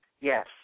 Yes